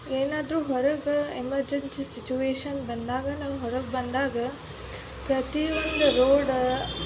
ಏನಾದರೂ ಹೊರಗೆ emergency situation ಬಂದಾಗ ನಾವು ಹೊರಗೆ ಬಂದಾಗ ಪ್ರತಿ ಒಂದು ರೋಡ